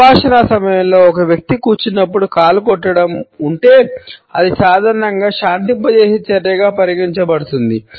సంభాషణ సమయంలో ఒక వ్యక్తి కూర్చున్నప్పుడు కాలు కొట్టడం ఉంటే అది సాధారణంగా శాంతింపచేసే చర్యగా పరిగణించబడుతుంది